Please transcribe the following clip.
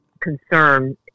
concern